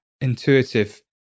intuitive